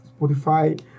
Spotify